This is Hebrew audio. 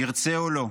נרצה או לא,